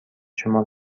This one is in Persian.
شما